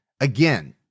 again